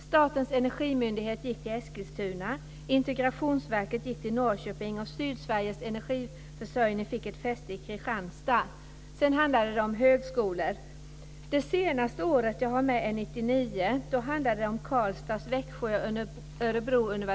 Statens energimyndighet gick till Eskilstuna. Integrationsverket gick till Norrköping, och Sydsveriges energiförsörjning fick ett fäste i Kristianstad. Sedan handlade det om högskolor. Det senaste året jag har med är 1999.